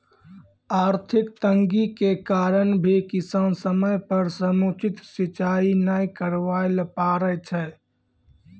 आर्थिक तंगी के कारण भी किसान समय पर समुचित सिंचाई नाय करवाय ल पारै छै